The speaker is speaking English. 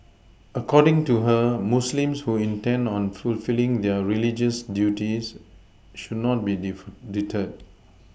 according to her Muslims who intend on fulfilling their religious duties should not be def deterred